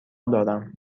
دارم